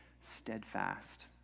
steadfast